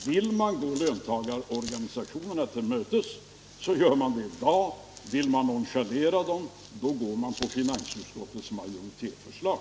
Vill man gå löntagarorganisationerna till mötes, gör man det i dag. Vill man nonchalera dem, går man på finansutskottets majoritetsförslag.